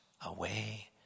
away